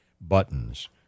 buttons